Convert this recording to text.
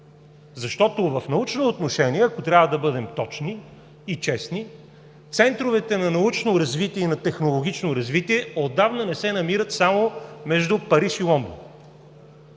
съюз? В научно отношение, ако трябва да бъдем точни и честни, центровете на научно и технологично развитие отдавна не се намират само между Париж и Лондон,